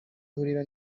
ihurira